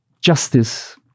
justice